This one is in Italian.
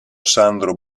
sandro